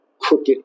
crooked